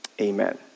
amen